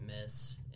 miss